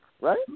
right